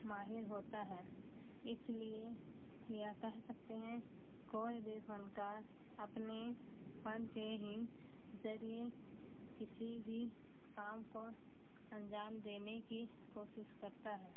ماہر ہوتا ہے اس لیے یہ کہہ سکتے ہیں کوئی بھی فنکار اپنے فن کے ہی ذریعے کسی بھی کام کو انجام دینے کی کوشش کرتا ہے